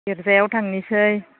गिर्जायाव थांनिसै